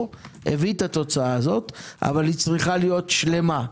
הביא את התוצאה הזו אבל היא צריכה להיות שלמה,